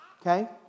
Okay